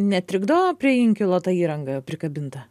netrikdo prie inkilo ta įranga prikabinta